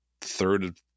third